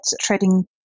trading